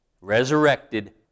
resurrected